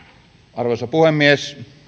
arvoisa puhemies